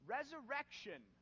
Resurrection